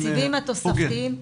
התקציבים התוספתיים.